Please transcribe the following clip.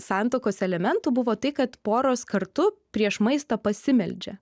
santuokos elementų buvo tai kad poros kartu prieš maistą pasimeldžia